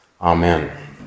Amen